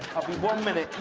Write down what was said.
i'll be one minute,